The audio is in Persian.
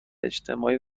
اجتماعی